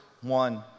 one